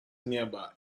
nearby